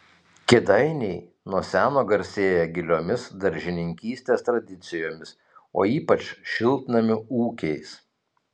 kėdainiai nuo seno garsėja giliomis daržininkystės tradicijomis o ypač šiltnamių ūkiais